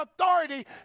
authority